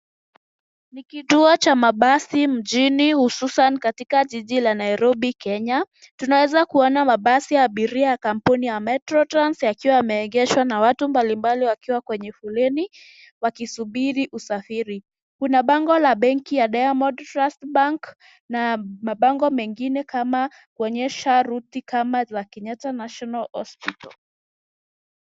Ni kituo cha mabasi mjini hususan katika jiji la Nairobi Kenya. Tunaweza kuona mabasi ya abiria ya kampuni ya metrotrans yakiwa yameegeshwa na watu mbalimbali wakiwa kwenye foleni wakisubiri usafiri. Kuna bango la benki ya Diamond Trust Bank na mabango mengine kama kuonyesha ruti kama za Kenyatta National Hospital.